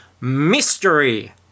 mystery